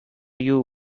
you